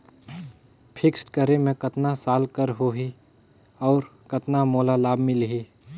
Fixed करे मे कतना साल कर हो ही और कतना मोला लाभ मिल ही?